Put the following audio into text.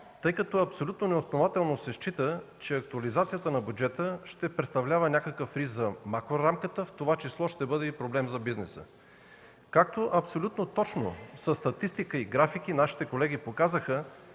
тъй като абсолютно неоснователно се счита, че актуализацията на бюджета ще представлява някакъв риск за макрорамката, в това число ще бъде и проблем за бизнеса. Както абсолютно точно, със статистика и графики, нашите колеги показаха,